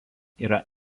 yra